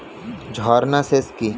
ঝর্না সেচ কি?